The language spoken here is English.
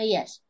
Yes